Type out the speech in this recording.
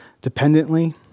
dependently